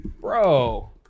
Bro